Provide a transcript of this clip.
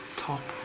top?